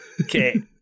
Okay